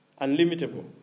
Unlimitable